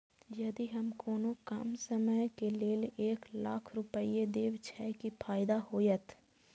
यदि हम कोनो कम समय के लेल एक लाख रुपए देब छै कि फायदा होयत?